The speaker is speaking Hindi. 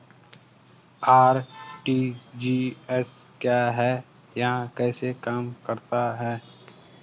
आर.टी.जी.एस क्या है यह कैसे काम करता है?